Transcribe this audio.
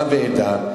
קבל עם ועדה,